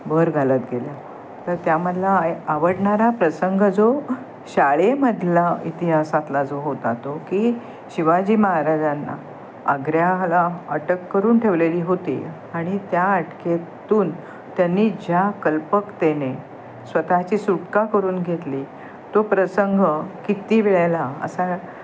भर घालत गेल्या तर त्यामधला आवडणारा प्रसंग जो शाळेमधला इतिहासातला जो होता तो की शिवाजी महाराजांना आग्र्याला अटक करून ठेवलेली होती आणि त्या अटकेतून त्यांनी ज्या कल्पकतेने स्वतःची सुटका करून घेतली तो प्रसंग किती वेळेला असा